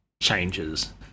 changes